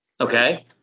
okay